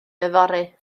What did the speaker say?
yfory